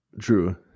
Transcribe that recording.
True